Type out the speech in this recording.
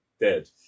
dead